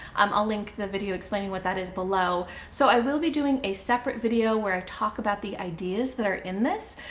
um i'll link the video explaining what that is below. so i will be doing a separate video where i talk about the ideas that are in this,